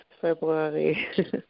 February